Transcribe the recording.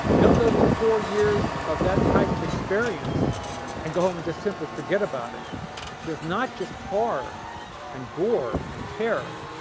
you don't go through four years of that type of experience and go home and just simply forget about it because its not just horror and gore and terror,